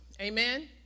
amen